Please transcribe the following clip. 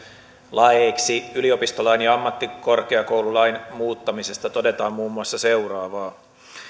laeiksi yliopistolain ja ammattikorkeakoululain muuttamisesta todetaan muun muassa seuraavaa